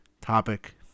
topic